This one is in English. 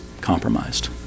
compromised